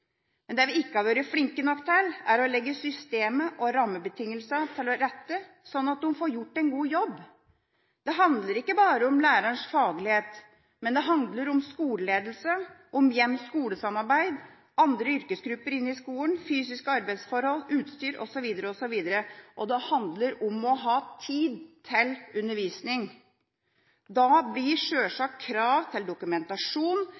Men det vi ikke har vært flinke nok til, er å legge systemet og rammebetingelsene til rette, slik at de får gjort en god jobb. Det handler ikke bare om lærerens faglighet, men det handler om skoleledelse, hjem–skole-samarbeid, andre yrkesgrupper inn i skolen, fysiske arbeidsforhold, utstyr osv. Og det handler om å ha tid til undervisning. Da blir sjølsagt krav til dokumentasjon